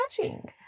matching